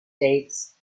dates